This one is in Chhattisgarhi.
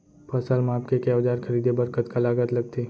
फसल मापके के औज़ार खरीदे बर कतका लागत लगथे?